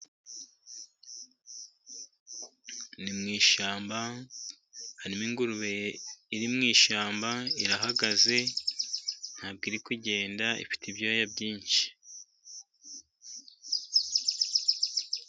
Ni mu ishyamba, harimo ingurube iri mu ishyamba, irahagaze ntabwo iri kugenda ifite ibyoya byinshi.